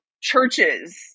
churches